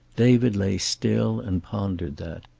david lay still and pondered that.